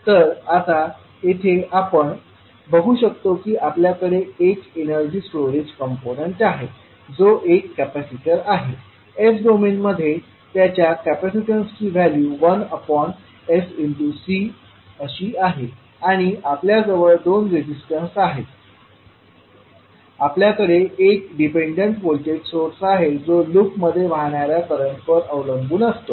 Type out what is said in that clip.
तर आता येथे आपण बघू शकतो की आपल्याकडे एक एनर्जी स्टोरेज कंपोनेंट आहे जो एक कॅपेसिटर आहे s डोमेन मध्ये त्याच्या कॅपेसिटन्सची व्हॅल्यू 1sCअशी आहे आणि आपल्या जवळ दोन रेजिस्टन्स आहेत आपल्याकडे एक डिपेंडंट व्होल्टेज सोर्स आहे जो लूपमध्ये वाहणार्या करंटवर अवलंबून असतो